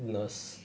nurse